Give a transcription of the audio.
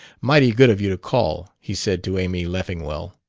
mighty good of you to call, he said to amy leffingwell.